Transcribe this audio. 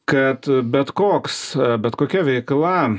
kad bet koks bet kokia veikla